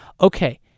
okay